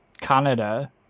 Canada